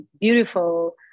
beautiful